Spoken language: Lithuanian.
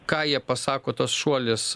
ką jie pasako tas šuolis